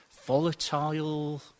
volatile